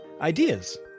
ideas